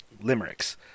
limericks